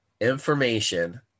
information